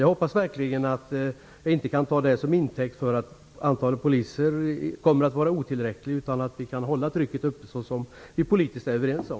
Jag hoppas verkligen att jag inte skall ta det som intäkt för att antalet poliser kommer att vara otillräckligt utan att vi kan hålla trycket uppe, såsom vi politiskt är överens om.